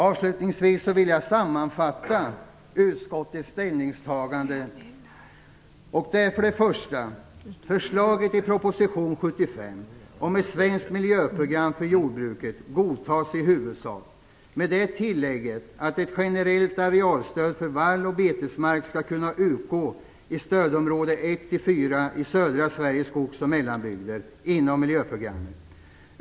Avslutningsvis vill jag sammanfatta utskottets ställningstaganden: och i södra Sveriges skogs och mellanbygder, inom miljöprogrammet.